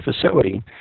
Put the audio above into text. Facility